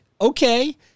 okay